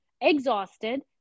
exhausted